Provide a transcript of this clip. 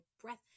breath